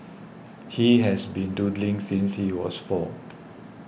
he has been doodling since he was four